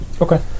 Okay